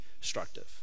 destructive